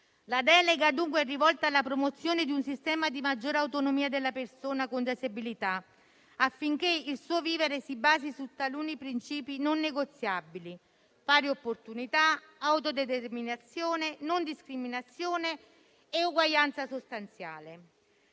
La delega, dunque, è rivolta alla promozione di un sistema di maggiore autonomia della persona con disabilità, affinché il suo vivere si basi su taluni principi non negoziabili: pari opportunità, autodeterminazione, non discriminazione e uguaglianza sostanziale.